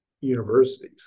universities